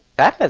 that